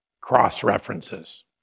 cross-references